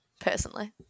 personally